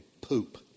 poop